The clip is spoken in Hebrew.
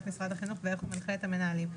משרד החינוך ואיך הוא מנחה את המנהלים.